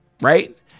Right